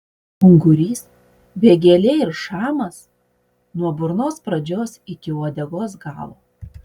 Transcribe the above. ungurys vėgėlė ir šamas nuo burnos pradžios iki uodegos galo